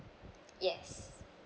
yes